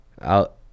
out